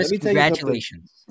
Congratulations